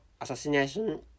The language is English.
assassination